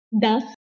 Thus